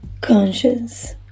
conscious